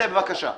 צא, בבקשה.